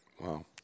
Wow